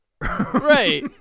Right